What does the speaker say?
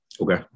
Okay